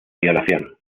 violación